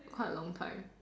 quite a long time